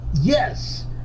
Yes